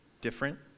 different